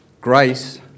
Grace